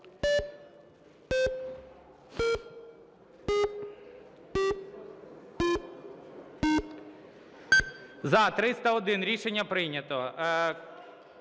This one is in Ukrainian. За-271 Рішення прийнято.